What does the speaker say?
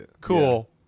cool